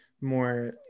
more